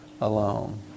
alone